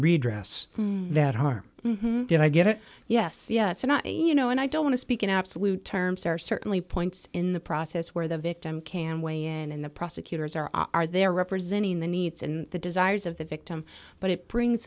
redress that harm did i get it yes yes or not you know and i don't want to speak in absolute terms or certainly points in the process where the victim can weigh in and the prosecutors are are there representing the needs and the desires of the victim but it brings